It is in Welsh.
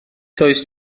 does